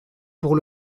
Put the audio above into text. pour